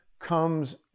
comes